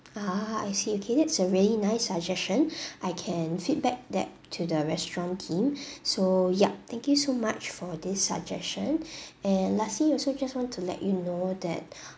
ah I see okay that's a really nice suggestion I can feedback that to the restaurant team so yup thank you so much for this suggestion and lastly also just want to let you know that